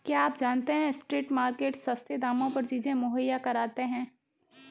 क्या आप जानते है स्ट्रीट मार्केट्स सस्ते दामों पर चीजें मुहैया कराती हैं?